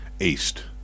east